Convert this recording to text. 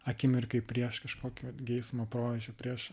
akimirkai prieš kažkokio geismo proveržį prieš